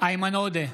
איימן עודה,